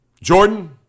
Jordan